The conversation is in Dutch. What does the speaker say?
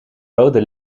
rode